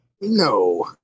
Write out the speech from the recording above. No